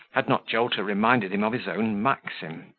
had not jolter reminded him of his own maxim,